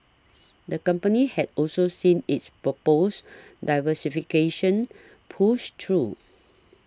the company has also seen its proposed diversification pushed through